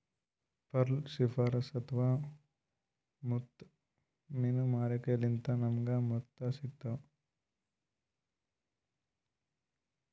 pearl fisheries ಅಥವಾ ಮುತ್ತ್ ಮೀನ್ಗಾರಿಕೆಲಿಂತ್ ನಮ್ಗ್ ಮುತ್ತ್ ಸಿಗ್ತಾವ್